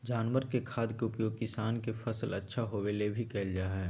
जानवर के खाद के उपयोग किसान के फसल अच्छा होबै ले भी कइल जा हइ